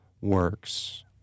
works